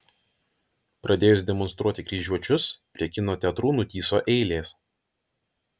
pradėjus demonstruoti kryžiuočius prie kino teatrų nutįso eilės